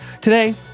Today